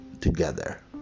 together